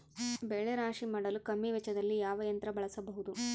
ಬೆಳೆ ರಾಶಿ ಮಾಡಲು ಕಮ್ಮಿ ವೆಚ್ಚದಲ್ಲಿ ಯಾವ ಯಂತ್ರ ಬಳಸಬಹುದು?